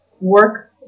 work